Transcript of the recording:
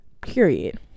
period